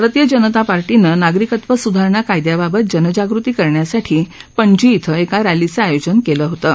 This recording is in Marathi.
भारतीय जनता पार्टीनं नागरिकत्व सुधारणा कायदयाबाबत जनजागृती करण्यासाठी पणजी इथं एका रॅलीचं आयोजन केलं होतं